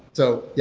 so, yeah